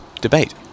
debate